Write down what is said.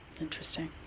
Interesting